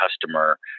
customer